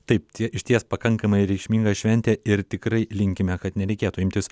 taip tie išties pakankamai reikšminga šventė ir tikrai linkime kad nereikėtų imtis